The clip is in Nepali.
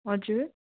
हजुर